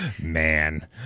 Man